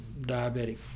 diabetic